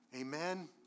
Amen